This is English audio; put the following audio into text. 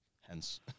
Hence